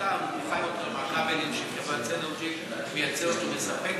פחותה מאיכות הכבלים שחברת סינרג'י מייצרת ומספקת.